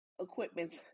equipment